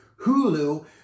Hulu